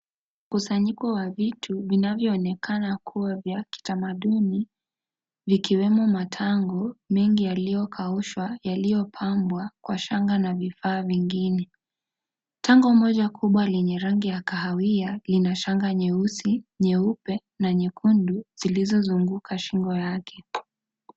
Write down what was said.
Mkusanyiko wa vitu vinavyoonekana kuwa vya kitamaduni vikiwemo matango mingi yaliyokaushwa, yaliyopambwa kwa shanga na vifaa vingine. Tango moja kubwa lenye rangi ya kahawia, ina shanga nyeusi, nyeupe na nyekundu zilizozunguka shingo yake.